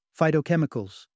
phytochemicals